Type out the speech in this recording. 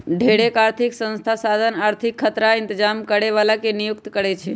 ढेरेक आर्थिक संस्था साधन आर्थिक खतरा इतजाम करे बला के नियुक्ति करै छै